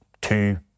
two